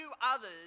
others